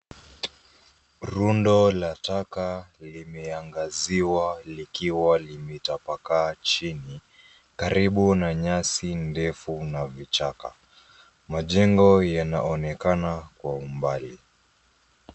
Rundo la taka limeangaziwa limetapakaa chini karibu na nyasi ndefu na vichaka. Majengo yanaonekana kwa umbali.